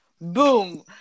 boom